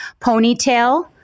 ponytail